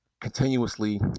continuously